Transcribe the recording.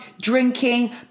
drinking